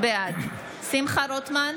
בעד שמחה רוטמן,